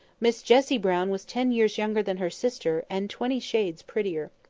miss jessie brown was ten years younger than her sister, and twenty shades prettier.